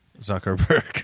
Zuckerberg